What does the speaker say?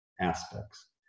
aspects